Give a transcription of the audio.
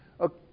Okay